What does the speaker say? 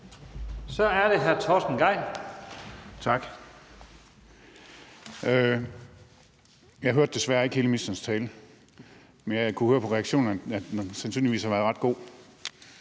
Kl. 16:55 Torsten Gejl (ALT): Tak. Jeg hørte desværre ikke hele ministerens tale, men jeg kunne høre på reaktionerne, at den sandsynligvis har været ret god.